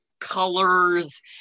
colors